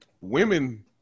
women